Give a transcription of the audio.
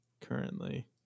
currently